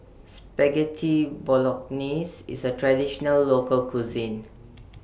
Spaghetti Bolognese IS A Traditional Local Cuisine